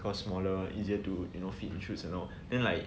cause smaller easier to you know fit in shoes and all then like